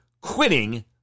quitting